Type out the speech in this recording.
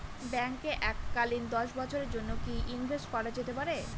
ব্যাঙ্কে এককালীন দশ বছরের জন্য কি ইনভেস্ট করা যেতে পারে?